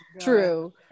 True